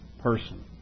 person